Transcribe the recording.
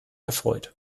erfreut